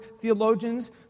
theologians